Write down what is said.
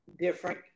different